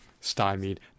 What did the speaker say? stymied